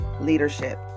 leadership